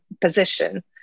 position